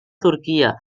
turquia